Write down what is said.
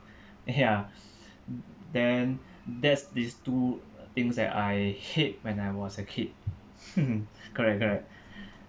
ya then that's these two things that I hate when I was a kid correct correct